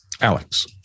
Alex